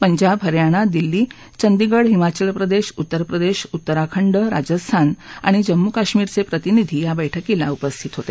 पंजाब हरियाणा दिल्ली चंदीगड हिमाचल प्रदेश उत्तर प्रदेश उत्तराखंड राजस्थान आणि जम्मू आणि काश्मीरचे प्रतिनिधी या बैठकीला उपस्थित होते